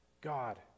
God